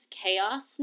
chaos